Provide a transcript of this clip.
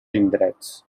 indrets